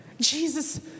Jesus